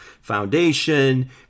foundation